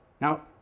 Now